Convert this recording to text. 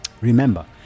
remember